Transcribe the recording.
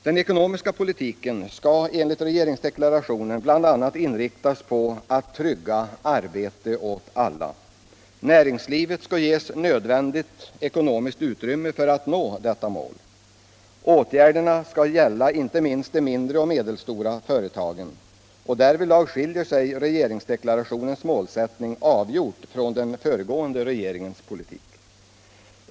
Den ekonomiska politiken skall enligt regeringsdeklarationen bl.a. inriktas på att trygga arbete åt alla. Näringslivet skall ges nödvändigt ekonomiskt utrymme för att nå detta mål. Åtgärderna skall gälla inte minst de mindre och medelstora företagen. Därvidltag skiljer sig regeringsdeklarationens målsättning avgjort från den föregående regeringens politik.